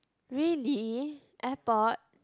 really airport